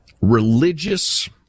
religious